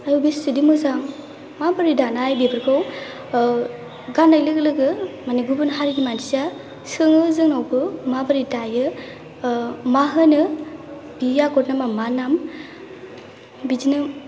आरो बेसेदि मोजां माबोरै दानाय बेफोरखौ गाननाय लोगो लोगो माने गुबुन हारिनि मानसिया सोङो जोंनावबो माबोरै दायो मा होनो बे आगरनि नामा मा नाम बिदिनो